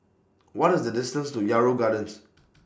What IS The distance to Yarrow Gardens